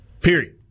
Period